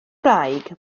wraig